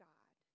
God